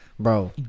Bro